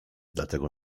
dlatego